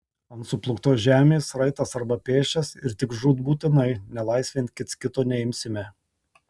ant suplūktos žemės raitas arba pėsčias ir tik žūtbūtinai nelaisvėn kits kito neimsime